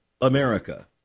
America